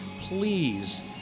please